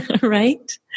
right